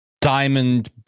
diamond